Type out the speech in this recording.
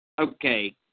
Okay